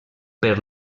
per